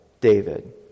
David